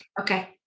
Okay